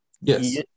yes